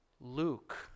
Luke